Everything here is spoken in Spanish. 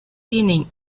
tienen